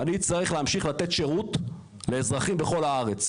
אני אצטרך להמשיך לתת שירות לאזרחים בכל הארץ.